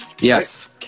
Yes